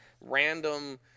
random